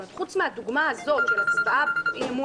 זאת אומרת שחוץ מהדוגמה הזאת של הצבעה באי-אמון